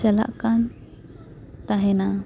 ᱪᱟᱞᱟᱜ ᱠᱟᱱ ᱛᱟᱦᱮᱸᱱᱟ